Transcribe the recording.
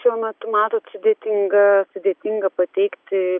šiuo metu matot sudėtinga sudėtinga pateikti